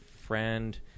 friend